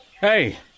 Hey